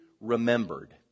remembered